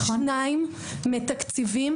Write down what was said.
שניים, מתקציבים.